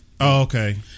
okay